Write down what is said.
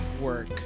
work